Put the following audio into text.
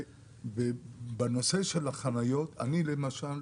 בנושא של החניות, אני למשל,